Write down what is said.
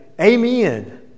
Amen